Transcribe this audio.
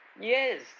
Yes